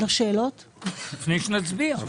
לפני שנצביע.